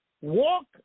walk